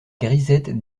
grisettes